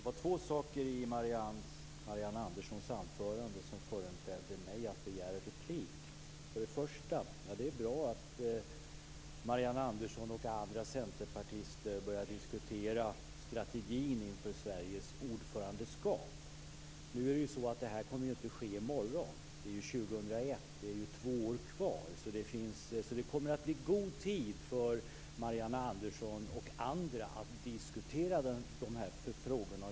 Herr talman! Det var två saker i Marianne Anderssons anförande som föranledde mig att begära replik. För det första vill jag säga att det är bra att Marianne Andersson och andra centerpartister har börjat diskutera strategin inför Sveriges ordförandeskap. Det här kommer ju inte att ske i morgon utan 2001. Det är två år kvar. Så det kommer att bli god tid för Marianne Andersson och andra att diskutera de här frågorna.